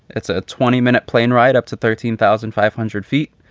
it's a twenty minute plane ride up to thirteen thousand five hundred feet,